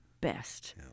best